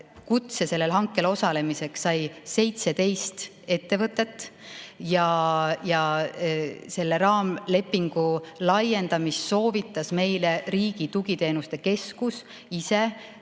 kutse sellel hankel osalemiseks sai 17 ettevõtet ja selle raamlepingu laiendamist soovitas meile Riigi Tugiteenuste Keskus ise.